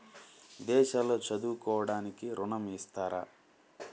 విదేశాల్లో చదువుకోవడానికి ఋణం ఇస్తారా?